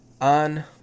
on